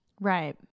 Right